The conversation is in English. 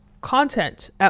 content